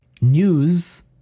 News